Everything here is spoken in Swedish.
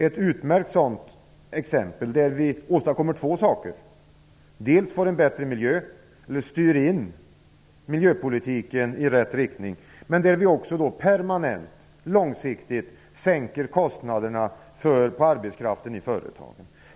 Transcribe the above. Ett utmärkt exempel på ett sådant förslag är där vi åstadkommer två saker, dels får en bättre miljö, dvs. styr in miljöpolitiken i rätt riktning, dels långsiktigt permanent sänker kostnaderna för arbetskraften i företagen.